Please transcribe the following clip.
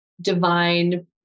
divine